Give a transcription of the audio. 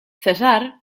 cesar